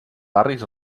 barris